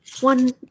one